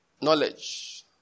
Knowledge